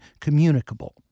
communicable